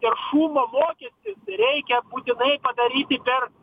taršumo mokestis reikia būtinai padaryti per